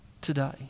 today